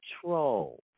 control